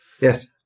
Yes